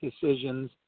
decisions